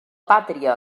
pàtria